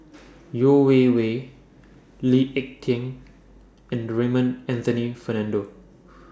Yeo Wei Wei Lee Ek Tieng and Raymond Anthony Fernando